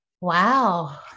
Wow